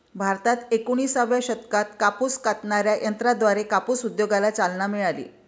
भारतात एकोणिसाव्या शतकात कापूस कातणाऱ्या यंत्राद्वारे कापूस उद्योगाला चालना मिळाली